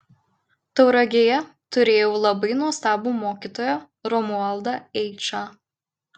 tauragėje turėjau labai nuostabų mokytoją romualdą eičą